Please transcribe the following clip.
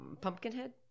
Pumpkinhead